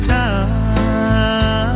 time